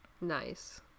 Nice